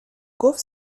گفت